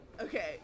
Okay